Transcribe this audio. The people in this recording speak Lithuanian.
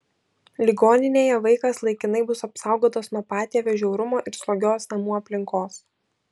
ligoninėje vaikas laikinai bus apsaugotas nuo patėvio žiaurumo ir slogios namų aplinkos